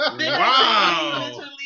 Wow